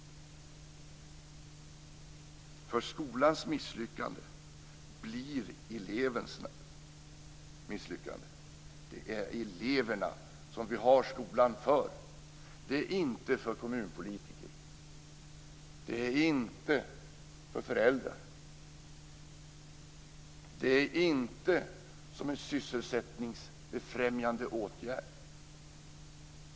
Skolans misslyckande blir elevens misslyckande. Det är eleverna vi har skolan för, inte kommunpolitikerna och inte föräldrarna. Skolan är inte heller en sysselsättningsfrämjande åtgärd.